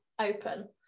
open